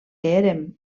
érem